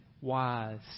wise